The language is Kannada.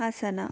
ಹಾಸನ